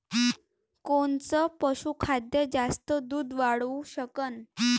कोनचं पशुखाद्य जास्त दुध वाढवू शकन?